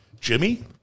Jimmy